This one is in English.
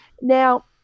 Now